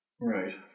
Right